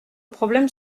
problème